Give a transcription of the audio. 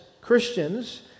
Christians